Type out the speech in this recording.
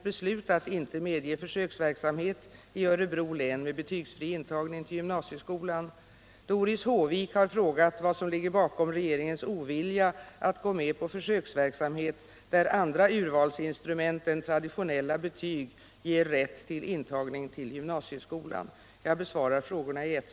Vilken är statsrådets inställning till begäran om försöksverksamhet med betygsfri intagning till gymnasieskolan i Örebro län?